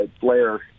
Blair